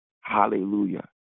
Hallelujah